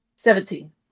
Seventeen